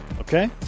Okay